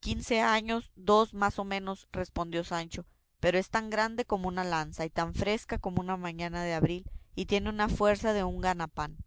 quince años dos más a menos respondió sancho pero es tan grande como una lanza y tan fresca como una mañana de abril y tiene una fuerza de un ganapán